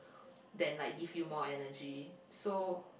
than like give you more energy so